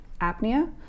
apnea